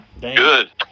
Good